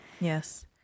Yes